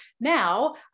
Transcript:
Now